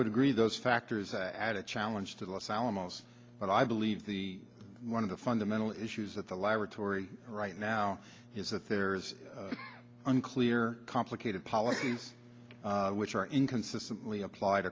would agree those factors add a challenge to los alamos but i believe the one of the fundamental issues at the laboratory right now is that there is unclear complicated policies which are inconsistently applied